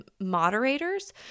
moderators